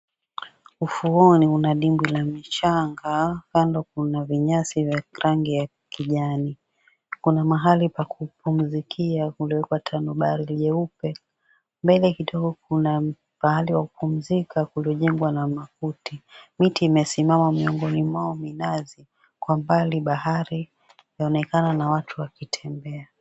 Ufuoni una dimbwi la mchanga. Kando kuna vinyasi ya rangi ya kijani. Kuna mahali pa kupumzikia kulikowekwa tanubali jeupe. Mbele kidogo Kuna pahali pa kupumzika kulikojengwa na makuti. Miti imesimama miongoni mwao minazi. Kwa umbali bahari yanaonekana na watu wakitembea.